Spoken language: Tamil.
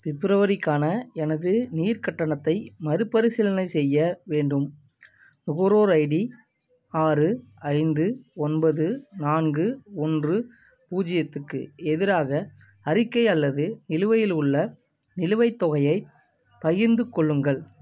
பிப்ரவரிக்கான எனது நீர் கட்டணத்தை மறுபரிசீலனை செய்ய வேண்டும் நுகர்வோர் ஐடி ஆறு ஐந்து ஒன்பது நான்கு ஒன்று பூஜ்ஜியத்துக்கு எதிராக அறிக்கை அல்லது நிலுவையில் உள்ள நிலுவைத் தொகையைப் பகிர்ந்துக் கொள்ளுங்கள்